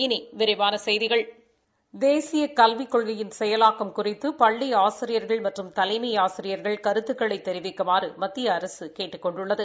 இனி விரிவான செப்திகள் தேசிய கல்விக் கொள்கையின் செயலாக்கம் குறித்து பள்ளி ஆசிரியர்கள் மற்றும் தலைமை ஆசிரியர்கள் கருத்துக்களை தெரிவிக்குமாறு மத்திய அரசு கேட்டுக் கொண்டுள்ளது